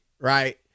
right